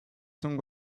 song